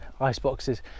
iceboxes